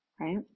right